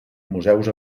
museus